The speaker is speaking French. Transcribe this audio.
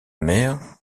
mer